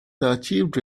achieved